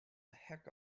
heck